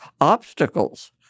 obstacles